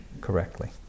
correctly